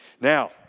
Now